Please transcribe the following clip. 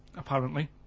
apparently.